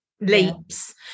leaps